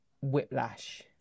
Whiplash